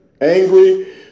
angry